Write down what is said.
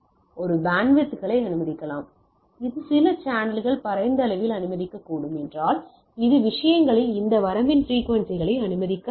இது ஒரு பேண்ட்வித்களை அனுமதிக்கலாம் இது சில சேனல்கள் பரந்த அளவில் அனுமதிக்கக்கூடும் என்றால் இது விஷயங்களில் இந்த வரம்பின் பிரிக்குவென்சிகளை அனுமதிக்கக்கூடும்